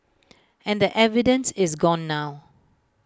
and the evidence is gone now